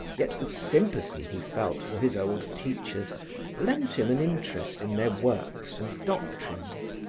yet the sympathy he felt for his old teachers lent him an interest in their works and doctrines.